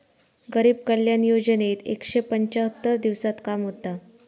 गरीब कल्याण योजनेत एकशे पंच्याहत्तर दिवसांत काम होता